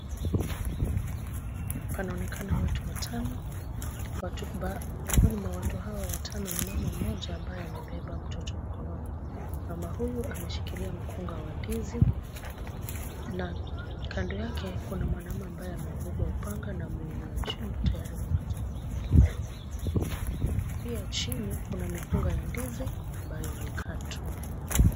Panaonekana watu watano. Miongoni mwa watu hawa watano ni mama mmoja ambaye amebeba mtoto mkononi. Mama huyu ameshikilia mkunga wa ndizi na kando yake kuna mwanaume ambaye amebeba upanga na ameinua juu tayari kukata mkunga huo wa ndizi. Pia chini kuna mikunga ya ndizi ambayo imekatwa.